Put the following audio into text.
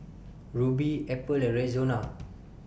Rubi Apple and Rexona